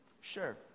Sure